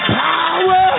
power